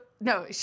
no